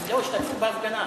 הם לא השתתפו בהפגנה.